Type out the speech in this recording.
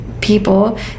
people